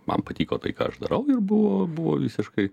man patiko tai ką aš darau ir buvo buvo visiškai